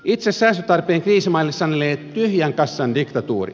itse säästötarpeen kriisimaille sanelee tyhjän kassan diktatuuri